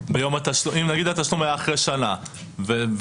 אם נגיד התשלום היה אחרי שנה והריבית,